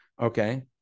okay